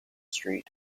street